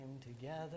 together